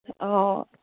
অঁ